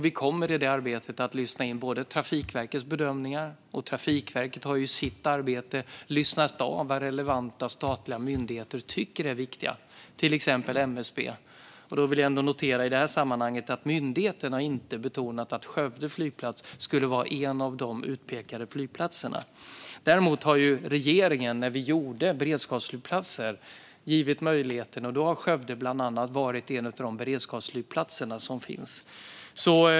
Vi kommer i det arbetet att lyssna in både Trafikverkets bedömningar - Trafikverket har ju sitt arbete - och vad relevanta statliga myndigheter, till exempel MSB, tycker är viktigt. I det sammanhanget noterar jag att myndigheterna inte betonat att Skövde flygplats skulle vara en av de utpekade flygplatserna. Däremot har regeringen gett möjligheten när man skapat beredskapsflygplatser, och då har Skövde varit en av de beredskapsflygplatserna.